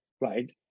right